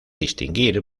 distinguir